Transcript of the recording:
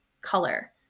color